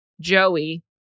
Joey